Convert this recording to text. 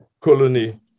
colony